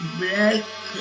black